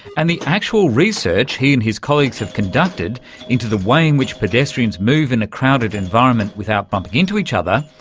and the actual research he and his colleagues have conducted into the way in which pedestrians move in a crowded environment without bumping into each other,